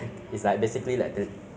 very boring ah it's like